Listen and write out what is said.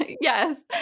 Yes